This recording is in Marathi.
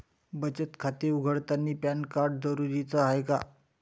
बचत खाते उघडतानी पॅन कार्ड जरुरीच हाय का?